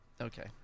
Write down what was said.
Okay